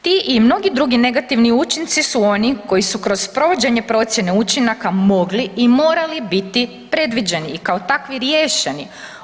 Ti i mnogi drugi negativni učinci su oni koji su kroz provođenje procjene učinaka mogli i morali biti predviđeni i kao takvi riješeni.